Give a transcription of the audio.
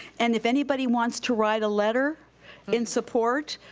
and if anybody wants to write a letter in support,